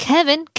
Kevin